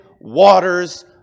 waters